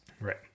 Right